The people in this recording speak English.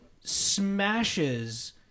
smashes